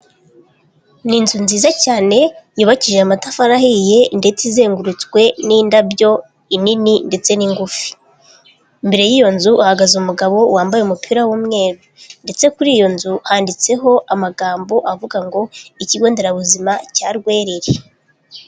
Ni inzu nziza cyane yubakishije amatafari ahiye ndetse izengurutswe n'indabyo inini ndetse n'ingufi, imbere y'iyo nzu hahagaze umugabo wambaye umupira w'umweru ndetse kuri iyo nzu handitseho amagambo avuga ngo ikigo nderabuzima cya Rwerere.